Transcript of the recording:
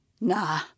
Nah